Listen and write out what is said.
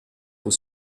pour